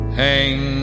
hang